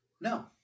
no